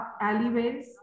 alleyways